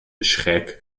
schräg